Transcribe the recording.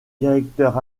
directeur